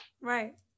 right